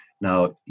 Now